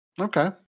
Okay